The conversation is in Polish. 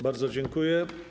Bardzo dziękuję.